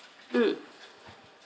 mm